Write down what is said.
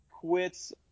quits